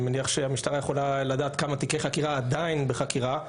אני מניח שהמשטרה יכולה לדעת כמה תיקי חקירה עדיין בחקירה.